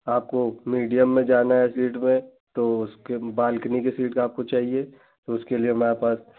आपको मीडियम में जाना है सीट में तो उसकी बालकनी की सीट आपको चाहिए तो उसके लिए हमारे पास